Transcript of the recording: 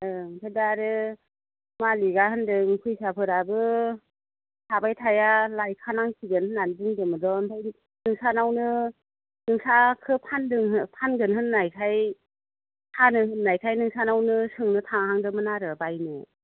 ओह ओमफ्राय दा आरो मालिकआ होनदों फैसाफोराबो थाबाय थाया लायखानांसिगोन होन्नानै बुंदोंमोन र' ओमफ्राय नोंसानावनो नोंसाखौ फानदों फानगोन होन्नायखाय फानो होन्नायखाय नोंसानावनो सोंनो थाहांदोंमोन आरो बायनो